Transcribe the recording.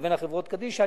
לבין החברות-קדישא.